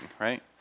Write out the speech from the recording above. right